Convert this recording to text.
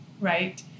right